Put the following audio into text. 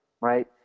right